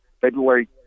February